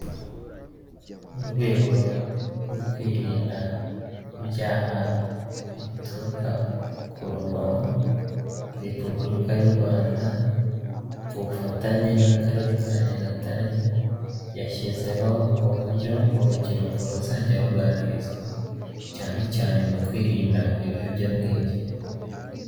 Mu rwego rwo kwirinda ibyaha bituruka ku rugomo, Repubulika y'u Rwanda ku bufatanye n'akarere ka Nyagatare, yashyizeho uburyo urubyiruko ruzajya ruganirizwa, cyane cyane mu kwirinda ibiyobyabwenge.